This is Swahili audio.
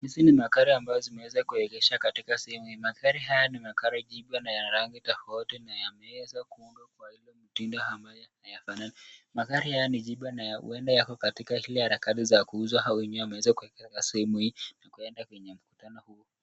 Hizi ni magari ambazo zimeweza kuegeshwa katika sehemu hii . Magari haya ni magari jipya na yana rangi tofauti na yameweza kuundwa kwa ile mtindo ambayo inafanana . Magari haya ni jipya na huenda yako katika ile harakati ya kuuzwa au wenyewe wameweza kuegeza sehemu hii na kuenda kwenye mkutano huo.